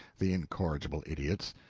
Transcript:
the incorrigible idiots.